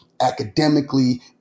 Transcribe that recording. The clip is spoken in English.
academically